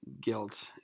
guilt